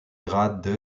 grade